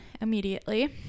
immediately